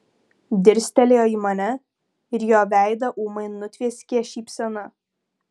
dirstelėjo į mane ir jo veidą ūmai nutvieskė šypsena